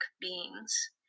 beings